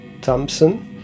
Thompson